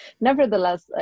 nevertheless